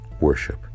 worship